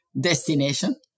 destination